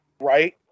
Right